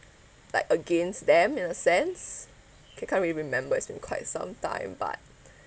like against them in a sense K can't really remember it's been quite sometime but